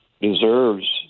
deserves